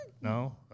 no